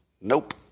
Nope